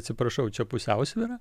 atsiprašau čia pusiausvyra